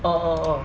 orh orh orh